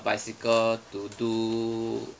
bicycle to do